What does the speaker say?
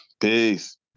Peace